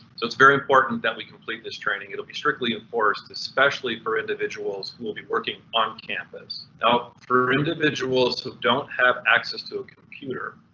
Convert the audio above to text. so it's very important that we complete this training, it'll be strictly enforced especially for individuals who will be working on campus. now for individuals who don't have access to a computer,